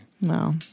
No